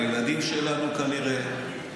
הילדים שלנו כנראה.